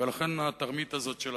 ולכן, התרמית הזאת של התקציב,